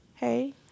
Hey